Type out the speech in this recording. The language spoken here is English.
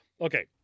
Okay